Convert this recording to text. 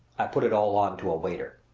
i put it all on to a waiter.